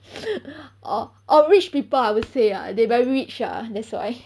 or or rich people I would say they very rich lah that's why